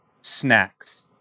snacks